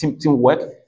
teamwork